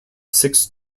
six